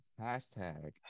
Hashtag